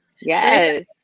Yes